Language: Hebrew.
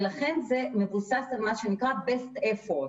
לכן זה מבוסס על best efforts.